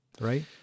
Right